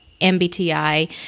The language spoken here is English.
MBTI